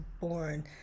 born